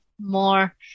more